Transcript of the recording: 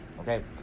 okay